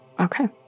Okay